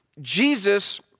Jesus